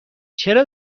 چرا